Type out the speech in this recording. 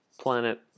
planet